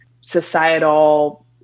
societal